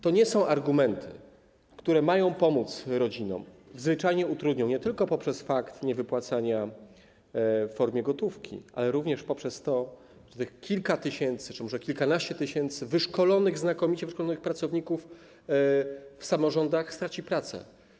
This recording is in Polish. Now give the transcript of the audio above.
To nie są argumenty, które mają pomóc rodzinom, one zwyczajnie utrudnią, nie tylko poprzez fakt niewypłacania w formie gotówki, ale również poprzez to, że tych kilka tysięcy czy może kilkanaście tysięcy wyszkolonych, znakomicie wyszkolonych pracowników w samorządach straci pracę.